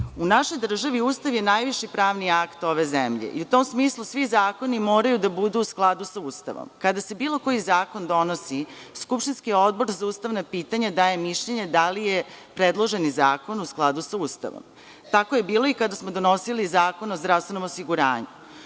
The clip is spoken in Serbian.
našoj državi Ustav je najviši pravni akt ove zemlje. U tom smislu, svi zakoni moraju biti u skladu sa Ustavom. Kada se bilo koji zakon donosi, skupštinski Odbor za ustavna pitanja daje mišljenje da li je predloženi zakon u skladu sa Ustavom. Tako je bilo i kada smo donosili Zakon o zdravstvenom osiguranju.